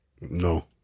No